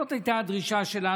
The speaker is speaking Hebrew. זאת הייתה הדרישה שלנו.